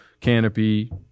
Canopy